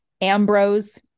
Ambrose